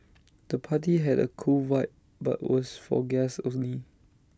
the party had A cool vibe but was for guests only